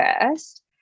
first